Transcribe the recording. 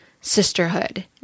sisterhood